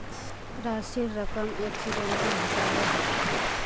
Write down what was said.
राशिर रकम एक्सीडेंटेर हिसाबे हछेक